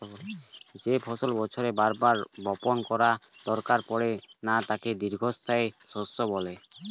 যেই ফসল বছরে বার বার বপণ করার দরকার পড়ে না তাকে দীর্ঘস্থায়ী শস্য বলে